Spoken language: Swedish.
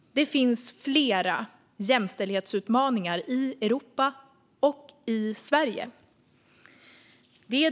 Det finns flera jämställdhetsutmaningar i Europa och i Sverige.